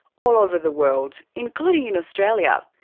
all over the world, including in australia.